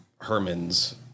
Herman's